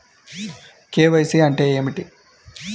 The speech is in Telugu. కే.వై.సి అంటే ఏమిటి?